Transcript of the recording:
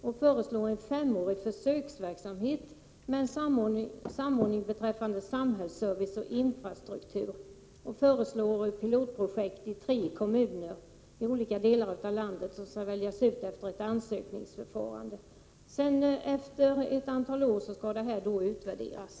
Man föreslår en femårig försöksverksamhet med samordning mellan samhällsservice och infrastruktur och man föreslår ett pilotprojekt i tre kommuner i olika delar av landet som skall väljas ut efter ett ansökningsförfarande. Efter ett antal år skall detta utvärderas.